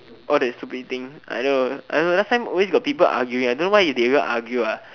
all that stupid thing I know I know last time always got people arguing I don't know why they even argue ah